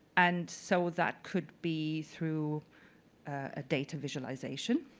and so that could be through a data visualization.